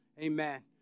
Amen